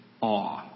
awe